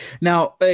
now